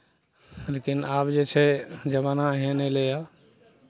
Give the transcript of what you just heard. लेकिन आब जे छै जमाना एहन एलैए